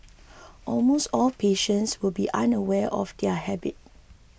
almost all patients will be unaware of their habit